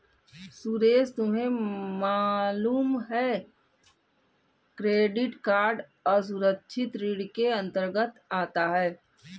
सुरेश तुम्हें मालूम है क्रेडिट कार्ड असुरक्षित ऋण के अंतर्गत आता है